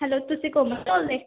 hello ਤੁਸੀਂ ਕੋਮਲ ਬੋਲਦੇ